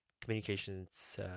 communications